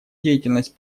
деятельность